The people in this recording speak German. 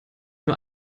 nur